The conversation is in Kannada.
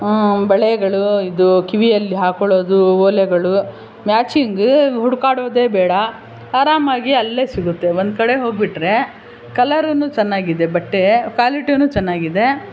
ಬಳೆಗಳು ಇದು ಕಿವಿಯಲ್ಲಿ ಹಾಕೊಳ್ಳೋದು ಓಲೆಗಳು ಮ್ಯಾಚಿಂಗ್ ಹುಡುಕಾಡೋದೆ ಬೇಡ ಆರಾಮಾಗಿ ಅಲ್ಲೇ ಸಿಗುತ್ತೆ ಒಂದ್ಕಡೆ ಹೋಗಿಬಿಟ್ರೆ ಕಲರೂ ಚೆನ್ನಾಗಿದೆ ಬಟ್ಟೆ ಕ್ವಾಲಿಟಿಯೂ ಚೆನ್ನಾಗಿದೆ